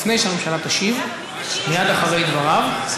לפני שהממשלה תשיב, מייד אחרי דבריו.